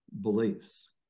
beliefs